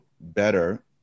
better